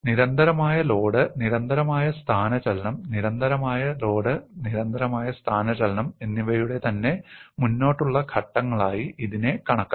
നിരന്തരമായ ലോഡ് നിരന്തരമായ സ്ഥാനചലനം നിരന്തരമായ ലോഡ് നിരന്തരമായ സ്ഥാനചലനം എന്നിവയുടെ തന്നെ മുന്നോട്ടുള്ള ഘട്ടങ്ങളായി ഇതിനെ കണക്കാക്കാം